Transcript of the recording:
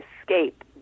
escape